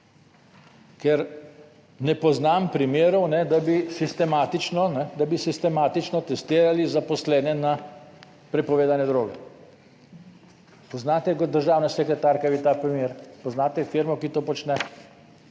da bi sistematično, da bi sistematično testirali zaposlene na prepovedane droge. Poznate kot državna sekretarka vi tak primer? Poznate firmo, ki to počne?